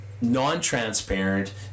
non-transparent